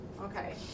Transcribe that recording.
Okay